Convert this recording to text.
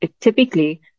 Typically